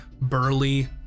burly